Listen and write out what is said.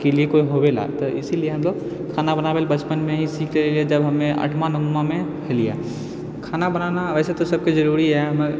के लिए कोइ होबेला तऽ इसलिए हमलोग खाना बनबेला बचपनमे ही सीख लेलियै जब हमे आठमा नौमामे हलियै खाना बनाना वैसे तऽ सबके जरुरी हए